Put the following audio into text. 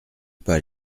pas